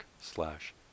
slash